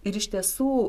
ir iš tiesų